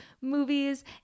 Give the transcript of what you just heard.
movies